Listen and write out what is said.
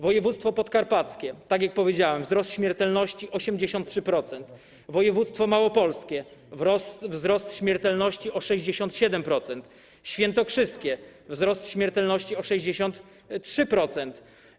Województwo podkarpackie, tak jak powiedziałem - wzrost śmiertelności o 83%, województwo małopolskie - wzrost śmiertelności o 67%, województwo świętokrzyskie - wzrost śmiertelności o 63%.